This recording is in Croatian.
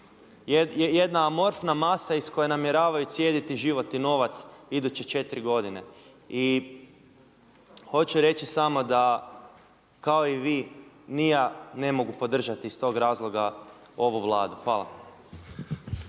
jedna amorfna masa iz koje namjeravaju cijediti život i novac iduće četiri godine. I hoću reći samo da kao i vi ni ja ne mogu podržati iz tog razloga ovu Vladu. Hvala.